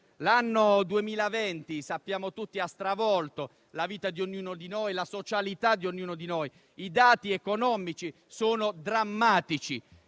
L'anno 2020, come sappiamo tutti, ha stravolto la vita e la socialità di ognuno di noi. I dati economici sono drammatici